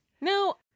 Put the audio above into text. No